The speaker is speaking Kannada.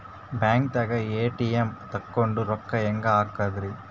ಬ್ಯಾಂಕ್ದಾಗ ಎ.ಟಿ.ಎಂ ತಗೊಂಡ್ ರೊಕ್ಕ ಹೆಂಗ್ ಹಾಕದ್ರಿ?